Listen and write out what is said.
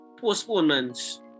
postponements